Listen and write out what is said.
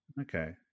Okay